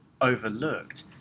overlooked